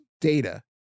data